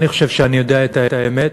אני חושב שאני יודע את האמת,